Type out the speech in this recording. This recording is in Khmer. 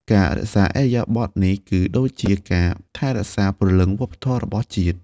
ការរក្សាឥរិយាបថនេះ គឺដូចជាការថែរក្សាព្រលឹងវប្បធម៌របស់ជាតិ។